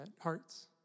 hearts